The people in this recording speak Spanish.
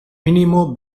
mínimo